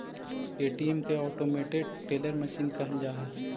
ATM के automated teller machine कहल जा हइ